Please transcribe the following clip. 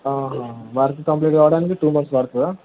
ఆహ work complete అవడానికి two months పడుతుందా